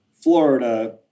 Florida